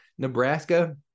Nebraska